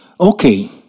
Okay